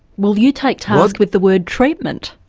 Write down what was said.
well you take task with the word treatment.